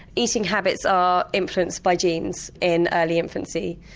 eating habits are influenced by genes in early infancy.